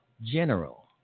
General